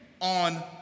on